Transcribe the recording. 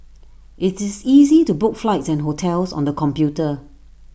IT is easy to book flights and hotels on the computer